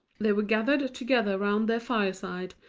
they were gathered together round their fireside,